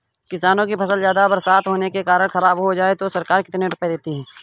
किसानों की फसल ज्यादा बरसात होने के कारण खराब हो जाए तो सरकार कितने रुपये देती है?